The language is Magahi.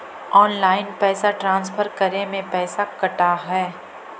ऑनलाइन पैसा ट्रांसफर करे में पैसा कटा है?